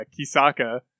Kisaka